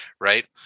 right